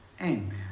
Amen